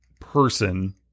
person